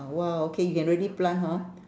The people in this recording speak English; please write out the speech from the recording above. !wah! okay you can really plant hor